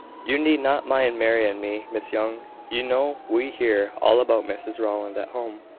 you need not mind mary and me, miss young you know we hear all about mrs rowland at home.